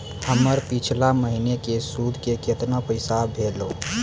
हमर पिछला महीने के सुध के केतना पैसा भेलौ?